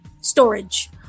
storage